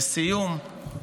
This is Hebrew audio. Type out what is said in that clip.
לסיום,